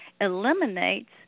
eliminates